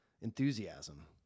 enthusiasm